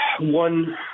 one